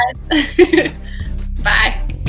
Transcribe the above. Bye